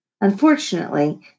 Unfortunately